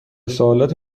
سوالاتی